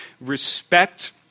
respect